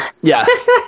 Yes